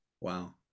Wow